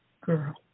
girl